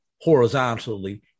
horizontally